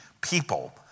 people